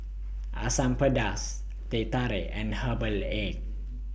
Asam Pedas Teh Tarik and Herbal Egg